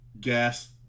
gas